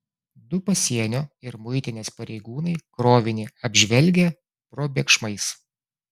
du pasienio ir muitinės pareigūnai krovinį apžvelgę probėgšmais